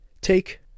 take